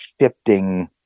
shifting